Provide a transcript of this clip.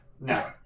No